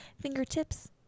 fingertips